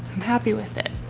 i'm happy with it.